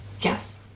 Yes